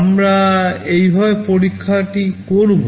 আমরা এইভাবে পরীক্ষাটি করবো